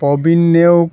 Pabin Neog